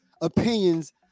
opinions